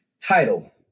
Title